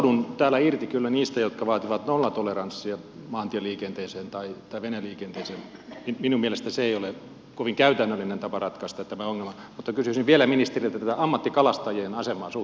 sanoudun täällä irti kyllä niistä jotka vaativat nollatoleranssia maantieliikenteeseen tai veneliikenteeseen minun mielestäni se ei ole kovin käytännöllinen tapa ratkaista tämä ongelma mutta kysyisin vielä ministeriltä ammattikalastajien asemaa suhteessa tähän lainsäädäntöön